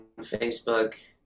Facebook